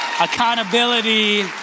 accountability